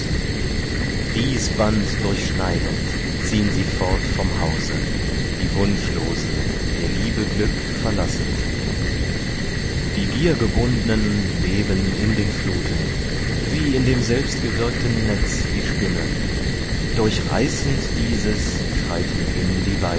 dies band durchschneidend ziehn sie fort vom hause die wunschlosen der liebe glück verlassend die giergebundnen leben in den fluten wie in dem selbstgewirkten netz die spinne durchreißend dieses schreiten hin